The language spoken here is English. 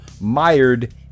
mired